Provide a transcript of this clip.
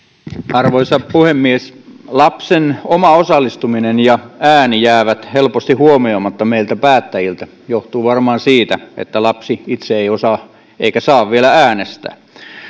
arvoisa puhemies lapsen oma osallistuminen ja ääni jäävät helposti huomioimatta meiltä päättäjiltä johtuu varmaan siitä että lapsi itse ei osaa eikä saa vielä äänestää